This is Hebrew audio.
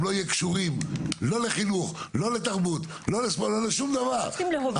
אנחנו לא מדברים על פרויקט תחבורתי בהכרח,